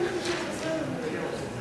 התוכנית הכלכלית לשנים 2009 ו-2010) (תיקון מס' 6),